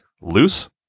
loose